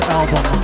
album